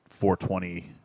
420